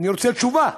אני רוצה תשובה.